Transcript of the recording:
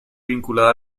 vinculada